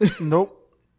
Nope